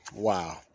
wow